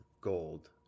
gold